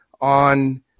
on –